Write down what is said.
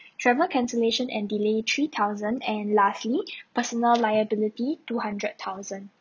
travel cancellation and delay three thousand and lastly personal liability two hundred thousand